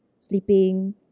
sleeping